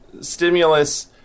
stimulus